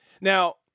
Now